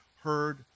heard